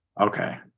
Okay